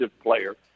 player